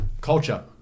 Culture